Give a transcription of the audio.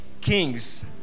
Kings